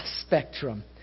spectrum